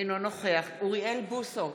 אינו נוכח אוריאל בוסו,